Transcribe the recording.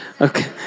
Okay